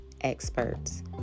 experts